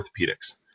orthopedics